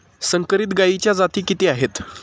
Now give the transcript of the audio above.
संकरित गायीच्या जाती किती आहेत?